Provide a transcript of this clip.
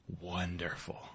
wonderful